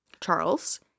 Charles